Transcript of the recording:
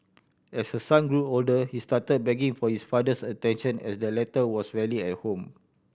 as her son grew older he started begging for its father's attention as the latter was rarely at home